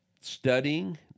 studying